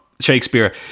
Shakespeare